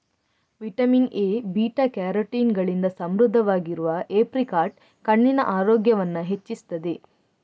vitamin A, beta carotene ಗಳಿಂದ ಸಮೃದ್ಧವಾಗಿರುವ apricot ಕಣ್ಣಿನ ಆರೋಗ್ಯವನ್ನ ಹೆಚ್ಚಿಸ್ತದೆ